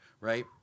right